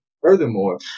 Furthermore